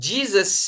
Jesus